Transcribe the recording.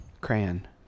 Crayon